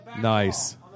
Nice